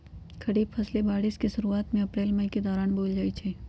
खरीफ फसलें बारिश के शुरूवात में अप्रैल मई के दौरान बोयल जाई छई